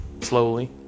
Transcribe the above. slowly